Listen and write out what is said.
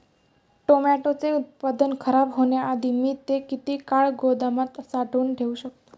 टोमॅटोचे उत्पादन खराब होण्याआधी मी ते किती काळ गोदामात साठवून ठेऊ शकतो?